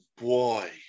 boy